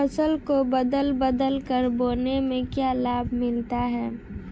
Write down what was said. फसल को बदल बदल कर बोने से क्या लाभ मिलता है?